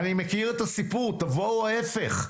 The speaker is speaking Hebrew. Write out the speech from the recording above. אני מכיר את הסיפור, תבוא ההפך.